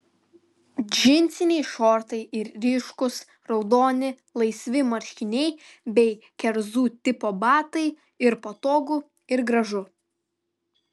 džinsiniai šortai ir ryškūs raudoni laisvi marškiniai bei kerzų tipo batai ir patogu ir gražu